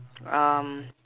um